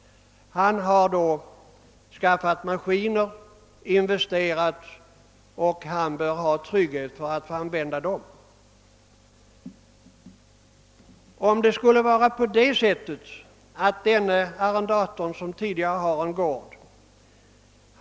Han har då skaffat maskiner och investerat och bör ha trygghet för att använda dem.